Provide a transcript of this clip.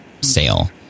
sale